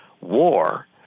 war